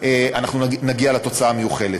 אנחנו נגיע לתוצאה המיוחלת.